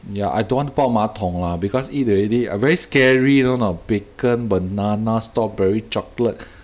ya I don't want to 抱马桶 lah because eat already I very scary you know or not bacon banana strawberry chocolate